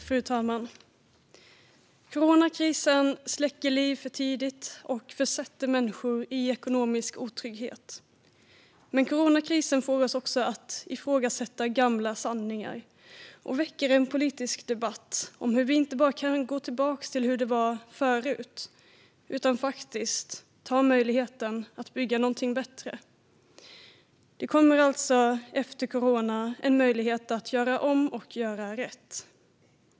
Fru talman! Coronakrisen släcker liv för tidigt och försätter människor i ekonomisk otrygghet. Coronakrisen får oss också att ifrågasätta gamla sanningar. Den väcker en politisk debatt om hur vi inte bara kan gå tillbaka till hur det var förut utan att vi ska ta möjligheten att bygga någonting bättre. Det kommer efter corona en möjlighet att göra om och göra rätt.